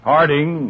Harding